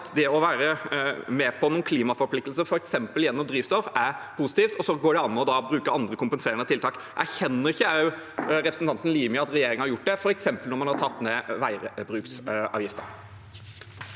det å være med på klimaforpliktelser f.eks. gjennom drivstoff er positivt, og så går det an å bruke andre, kompenserende tiltak. Erkjenner ikke representanten Limi at regjeringen har gjort det f.eks. når man har satt ned veibruksavgiften?